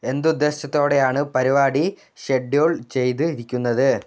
എന്ത് ഉദ്ദേശ്യത്തോടെയാണ് പരിപാടി ഷെഡ്യൂൾ ചെയ്തിരിക്കുന്നത്